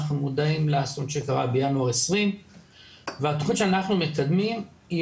אנחנו מודעים לאסון שקרה בינואר 2020 והתכנית שאנחנו מקדמים היא